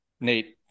Nate